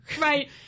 Right